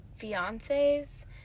fiancés